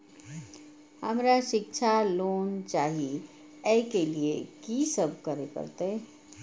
हमरा शिक्षा लोन चाही ऐ के लिए की सब करे परतै?